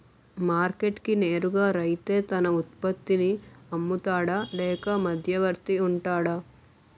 Market కి నేరుగా రైతే తన ఉత్పత్తి నీ అమ్ముతాడ లేక మధ్యవర్తి వుంటాడా?